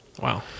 wow